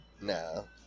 No